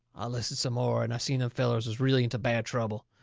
i listens some more, and i seen them fellers was really into bad trouble.